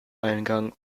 eingang